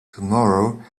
tomorrow